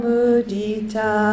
Mudita